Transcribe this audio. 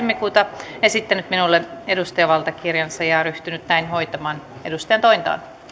toista kaksituhattaseitsemäntoista esittänyt minulle edustajan valtakirjansa ja ryhtynyt hoitamaan edustajantointaan